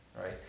right